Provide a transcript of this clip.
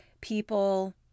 people